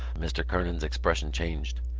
mr. kernan's expression changed.